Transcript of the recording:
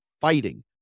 fighting